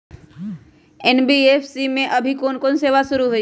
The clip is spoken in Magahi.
एन.बी.एफ.सी में अभी कोन कोन सेवा शुरु हई?